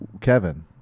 Kevin